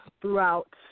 throughout